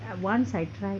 err once I tried